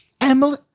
Emily